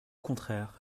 contraire